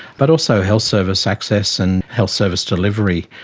but also health service access and health service delivery.